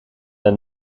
het